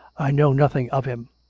i know nothing of him.